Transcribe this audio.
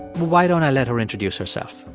why don't i let her introduce herself?